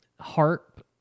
harp